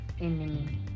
enemy